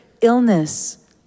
illness